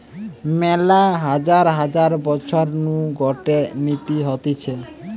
মেলা হাজার হাজার বছর নু গটে নীতি হতিছে